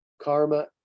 Karma